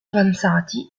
avanzati